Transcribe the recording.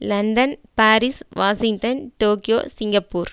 London Paris Washington Tokyo Singapore